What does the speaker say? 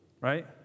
right